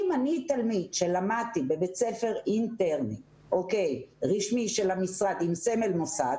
אם אני תלמיד שלמדתי בבית ספר אינטרני רשמי של המשרד עם סמל מוסד,